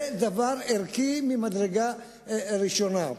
זה דבר ערכי ממדרגה ראשונה.